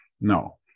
No